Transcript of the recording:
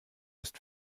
ist